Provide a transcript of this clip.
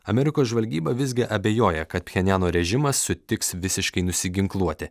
amerikos žvalgyba visgi abejoja kad pjenjano režimas sutiks visiškai nusiginkluoti